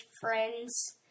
friends